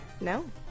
No